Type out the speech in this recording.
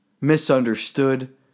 misunderstood